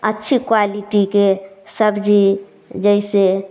अच्छी क्वालिटी के सब्जी जैसे